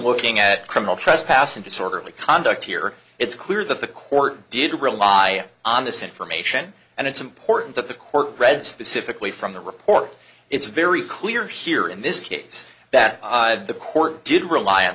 looking at criminal trespass and disorderly conduct here it's clear that the court did rely on this information and it's important that the court read specifically from the report it's very clear here in this case that the court did rely on